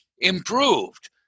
improved